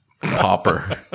popper